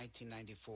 1994